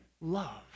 love